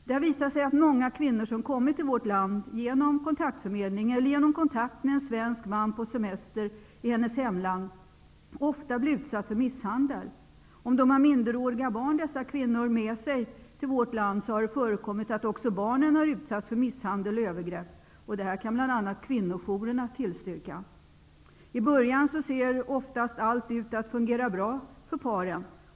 Det har visat sig att många kvinnor som har kommit till vårt land genom kontaktförmedling eller genom kontakt med en svensk man på semester i deras hemländer ofta blir utsatta för misshandel. Om dessa kvinnor har minderåriga barn med sig till vårt land, har det förekommit att även barnen har utsatts för misshandel och övergrepp. Detta kan bl.a. kvinnojourerna tillstyrka. I början ser oftast allt ut att fungera bra för paren.